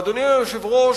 אדוני היושב-ראש,